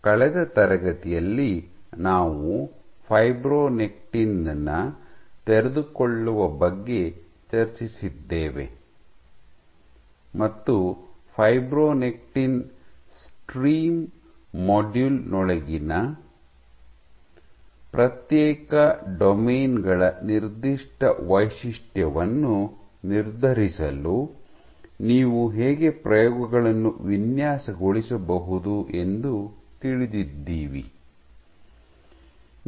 ಕಳೆದ ತರಗತಿಯಲ್ಲಿ ನಾವು ಫೈಬ್ರೊನೆಕ್ಟಿನ್ ನ ತೆರೆದುಕೊಳ್ಳುವ ಬಗ್ಗೆ ಚರ್ಚಿಸಿದ್ದೇವೆ ಮತ್ತು ಫೈಬ್ರೊನೆಕ್ಟಿನ್ ಸ್ಟ್ರೀಮ್ ಮಾಡ್ಯೂಲ್ ನೊಳಗಿನ ಪ್ರತ್ಯೇಕ ಡೊಮೇನ್ ಗಳ ನಿರ್ದಿಷ್ಟ ವೈಶಿಷ್ಟ್ಯವನ್ನು ನಿರ್ಧರಿಸಲು ನೀವು ಹೇಗೆ ಪ್ರಯೋಗಗಳನ್ನು ವಿನ್ಯಾಸಗೊಳಿಸಬಹುದು ಎಂದು ತಿಳಿದಿದ್ದೀವಿ